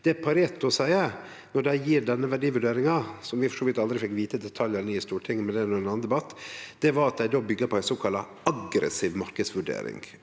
Det Pareto sa då dei gav denne verdivurderinga – som vi for så vidt aldri fekk vite detaljane om i Stortinget, men det er ein annan debatt – var at dei bygde på ei såkalla aggressiv marknadsvurdering: